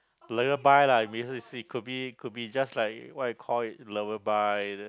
it could be could be just like what you call it lullaby